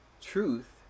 Truth